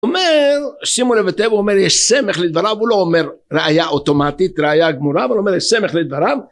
הוא אומר, שימו לב היטב, הוא אומר, יש סמך לדבריו, הוא לא אומר ראייה אוטומטית, ראייה גמורה, אבל הוא אומר, יש סמך לדבריו.